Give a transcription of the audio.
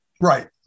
Right